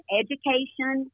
education